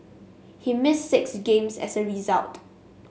he missed six games as a result